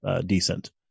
decent